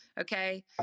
okay